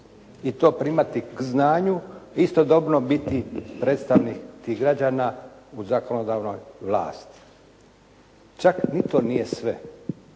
i to primati k znanju i istodobno biti predstavnik tih građana u zakonodavnoj vlasti? Čak ni to nije sve.